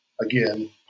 again